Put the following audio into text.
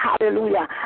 hallelujah